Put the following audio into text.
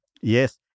Yes